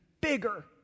bigger